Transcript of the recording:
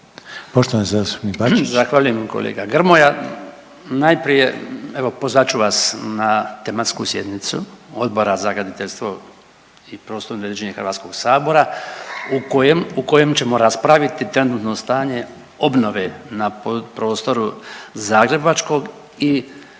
**Bačić, Branko (HDZ)** Zahvaljujem kolega Grmoja. Najprije evo pozvat ću vas na tematsku sjednicu Odbora za graditeljstvo i prostorno uređenje Hrvatskog sabora u kojem ćemo raspraviti trenutno stanje obnove na prostoru zagrebačkog i